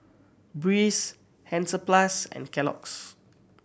Breeze Hansaplast and Kellogg's